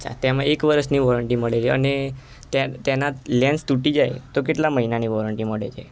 અચ્છા તેમાં એક વર્ષની વોરેન્ટી મળે છે અને તે તેના લેન્સ તૂટી જાય તો કેટલા મહિનાની વોરેન્ટી મળે છે